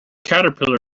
caterpillar